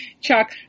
Chuck